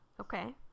Okay